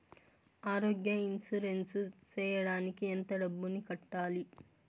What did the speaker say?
ఆరోగ్య ఇన్సూరెన్సు సేయడానికి ఎంత డబ్బుని కట్టాలి?